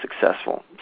successful